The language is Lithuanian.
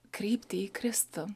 kryptį į kristų